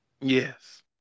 yes